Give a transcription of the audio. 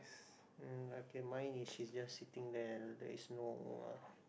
mm okay mine is she's just sitting there there is no uh